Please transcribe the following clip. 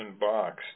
box